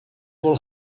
will